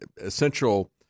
essential